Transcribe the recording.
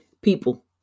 People